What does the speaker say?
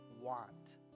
want